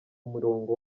murongo